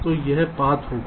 तो यह पाथ होगा